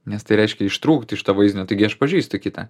nes tai reiškia ištrūkti iš to vaizdinio taigi aš pažįstu kitą